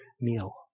meal